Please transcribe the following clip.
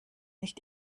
nicht